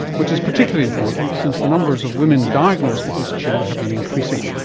which is particularly important since the numbers of women diagnosed with this tumour has been increasing.